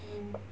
mm